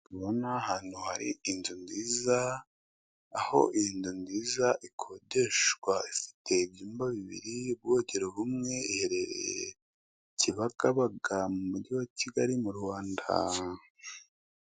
Ndabona ahantu hari inzu nziza, aho iyi nzu nziza ikodeshwa ifite ibyumba bibiri, ubwogero bumwe, iherereye Kibagabaga mu Mujyi wa Kigali mu Rwanda.